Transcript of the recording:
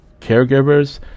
caregivers